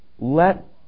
Let